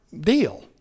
deal